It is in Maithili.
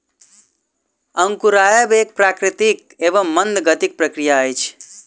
अंकुरायब एक प्राकृतिक एवं मंद गतिक प्रक्रिया अछि